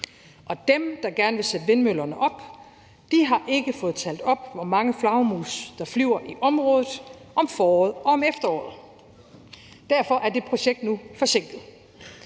og dem, der gerne vil sætte vindmøllerne op, har ikke fået talt op, hvor mange flagermus der flyver i området om foråret og om efteråret. Derfor er det projekt nu forsinket.